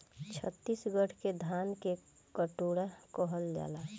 छतीसगढ़ के धान के कटोरा कहल जाला